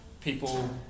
people